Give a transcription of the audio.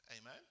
amen